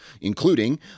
including